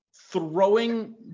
throwing